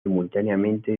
simultáneamente